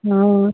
हा